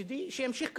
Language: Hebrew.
ומצדי שימשיך ככה.